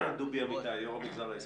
אדוני היושב-ראש,